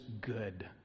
good